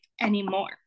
anymore